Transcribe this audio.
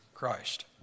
Christ